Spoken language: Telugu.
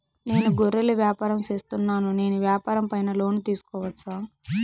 నేను గొర్రెలు వ్యాపారం సేస్తున్నాను, నేను వ్యాపారం పైన లోను తీసుకోవచ్చా?